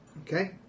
Okay